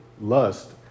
lust